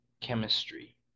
Chemistry